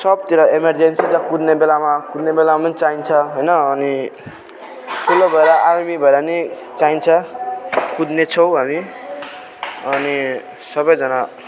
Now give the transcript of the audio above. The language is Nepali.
सबतिर इमेर्जेन्सी जब कुद्ने बेलामा कुद्ने बेलामा चाहिन्छ होइन अनि ठुलो भएर आर्मी भएर पनि चाहिन्छ कुद्नेछौँ हामी अनि सबजना